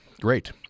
Great